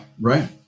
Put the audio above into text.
right